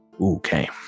Okay